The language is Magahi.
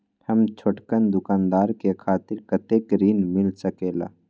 हम छोटकन दुकानदार के खातीर कतेक ऋण मिल सकेला?